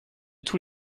tous